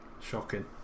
Shocking